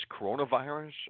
coronavirus